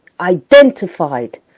identified